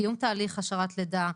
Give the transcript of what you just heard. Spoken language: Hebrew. קיום תהליך השארת לידה,